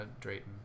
Drayton